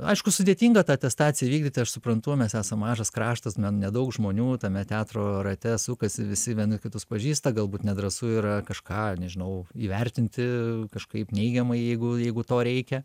aišku sudėtinga tą atestaciją įvykdyti aš suprantu mes esam mažas kraštas ne nedaug žmonių tame teatro rate sukasi visi vieni kitus pažįsta galbūt nedrąsu yra kažką nežinau įvertinti kažkaip neigiamai jeigu jeigu to reikia